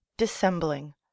dissembling